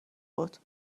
بود